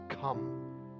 come